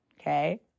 okay